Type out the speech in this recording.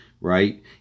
right